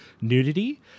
nudity